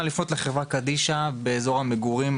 נא לפנות לחברה קדישא באזור המגורים,